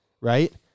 right